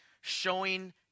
showing